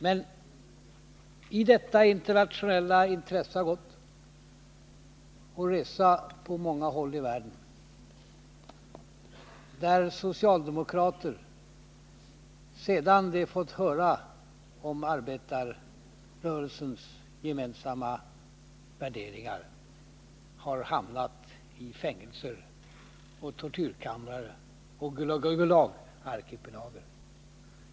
Men i detta internationella intresse har ingått att resa på många håll i världen, där socialdemokrater, sedan de fått höra om ”arbetarrörelsens gemensamma värderingar”, har hamnat i fängelser, i tortyrkamrar, i Gulagarkipelagen.